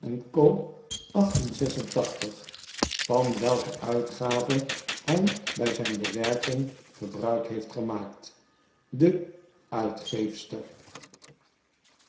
and co van welke uitgave hij bij zijn bewerking gebruik heeft gemaakt de uitgeefster